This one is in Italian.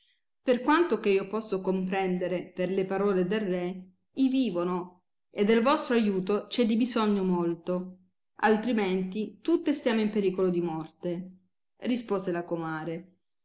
per quanto che io posso comprendere per le parole del re i vivono e del vostro aiuto ci è di bisogno molto altrimenti tutte stiamo in pericolo di morte rispose la comare